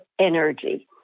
energy